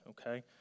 okay